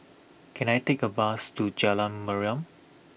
can I take a bus to Jalan Mariam